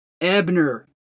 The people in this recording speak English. Ebner